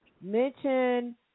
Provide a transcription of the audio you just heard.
Mention